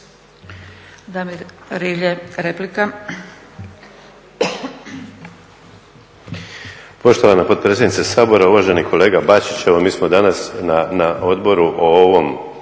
Damir Rilje, replika.